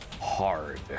hard